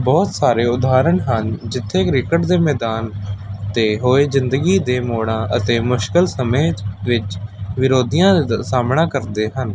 ਬਹੁਤ ਸਾਰੇ ਉਦਾਹਰਣ ਹਨ ਜਿੱਥੇ ਕ੍ਰਿਕਟ ਦੇ ਮੈਦਾਨ 'ਤੇ ਹੋਏ ਜ਼ਿੰਦਗੀ ਦੇ ਮੋੜਾਂ ਅਤੇ ਮੁਸ਼ਕਲ ਸਮੇਂ ਵਿੱਚ ਵਿਰੋਧੀਆਂ ਦਾ ਸਾਹਮਣਾ ਕਰਦੇ ਹਨ